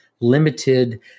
limited